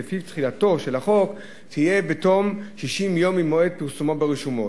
ולפיו תחילתו של החוק תהיה בתום 60 יום ממועד פרסומו ברשומות.